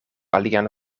alian